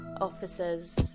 officers